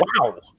wow